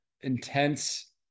intense